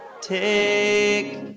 take